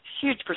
huge